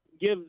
give